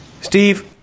Steve